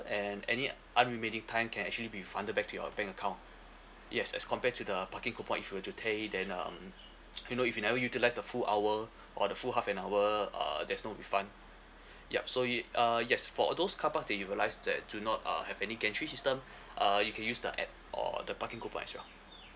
and any un~ remaining time can actually be refunded back to your bank account yes as compared to the parking coupon if you were to pay then um you know if you never utilise the full hour or the full half an hour uh there's no refund yup so it uh yes for all those carparks that you realised that do not uh have any gantry system uh you can use the app or the parking coupon as well